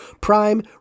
Prime